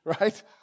right